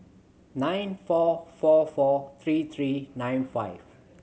nine four four four three three nine five